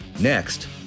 Next